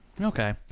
Okay